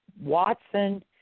Watson